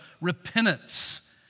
repentance